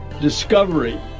discovery